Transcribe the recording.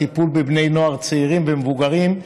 על טיפול בבני נוער צעירים ומבוגרים,